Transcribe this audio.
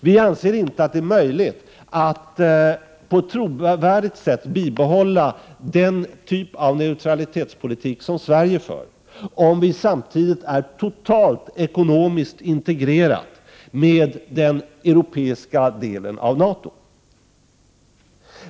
Vi anser inte att det är möjligt att på ett trovärdigt sätt bibehålla den typ av neutralitetspolitik som Sverige för om vi samtidigt är totalt ekonomiskt integrerade med den europeiska delen av NATO.